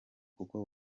kuko